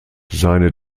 seine